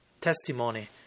testimony